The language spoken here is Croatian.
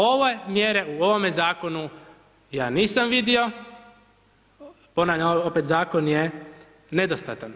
Ove mjere u ovome zakonu ja nisam vidio, ponavljam opet, zakon je nedostatan.